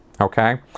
Okay